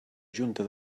junta